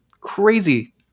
crazy